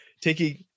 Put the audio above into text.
taking